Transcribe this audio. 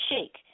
shake